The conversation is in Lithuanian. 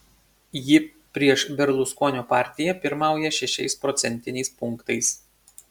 ji prieš berluskonio partiją pirmauja šešiais procentiniais punktais